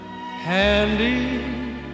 handy